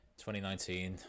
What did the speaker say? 2019